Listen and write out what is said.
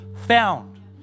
found